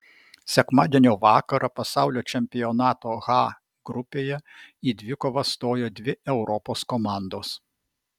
sekmadienio vakarą pasaulio čempionato h grupėje į dvikovą stojo dvi europos komandos